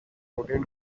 modern